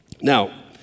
Now